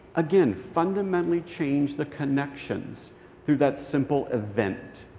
again, fundamentally changed the connections through that simple event.